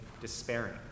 despairing